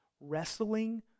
wrestling